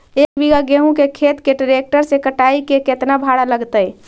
एक बिघा गेहूं के खेत के ट्रैक्टर से कटाई के केतना भाड़ा लगतै?